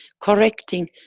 correcting,